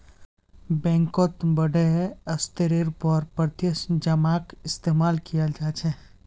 बैंकत बडे स्तरेर पर प्रत्यक्ष जमाक इस्तेमाल कियाल जा छे